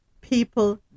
people